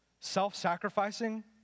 Self-sacrificing